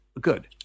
Good